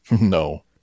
No